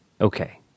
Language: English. okay